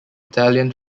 italian